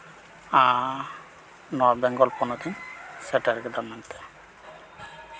ᱱᱚᱟ ᱵᱮᱝᱜᱚᱞ ᱯᱚᱱᱚᱛ ᱤᱧ ᱥᱮᱴᱮᱨ ᱠᱮᱫᱟ ᱢᱮᱱᱛᱮ